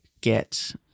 get